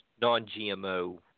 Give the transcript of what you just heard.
non-GMO